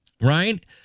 right